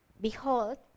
Behold